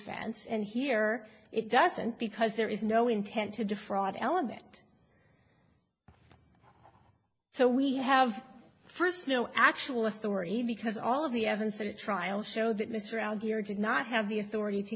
offense and here it doesn't because there is no intent to defraud element so we have first no actual authority because all of the evidence or trial show that mr around here is not have the authority to